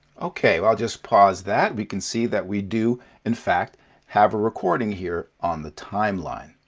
okay, i'll just pause that. we can see that we do in fact have a recording, here, on the timeline.